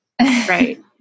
Right